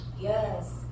Yes